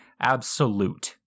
absolute